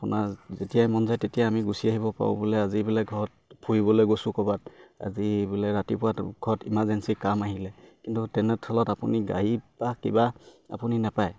আপোনাৰ যেতিয়াই মন যায় তেতিয়াই আমি গুছি আহিব পাৰোঁ বোলে আজি বোলে ঘৰত ফুৰিবলে গৈছোঁ ক'ৰবাত আজি বোলে ৰাতিপুৱা ঘৰত ইমাৰ্জেঞ্চি কাম আহিলে কিন্তু তেনে থলত আপুনি গাড়ী বা কিবা আপুনি নাপায়